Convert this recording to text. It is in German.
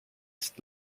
ist